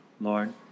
Lord